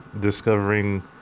discovering